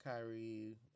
Kyrie